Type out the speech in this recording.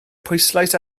pwyslais